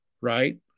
right